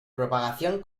propagación